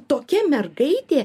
tokia mergaitė